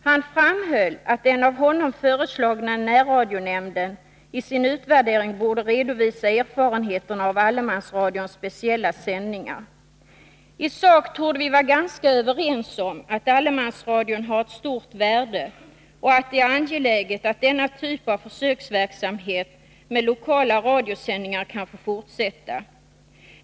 Han framhöll att den av honom föreslagna närradionämndenii sin utvärdering borde redovisa erfarenheterna Nr 54 av allemansradions speciella sändningar. Fredagen den Isak torde vi vara ganska överens om att allemansradion har ett stort värde — 17 december 1982 och att det är angeläget att denna typ av försöksverksamhet med lokala radiosändningar kan få fortsätta.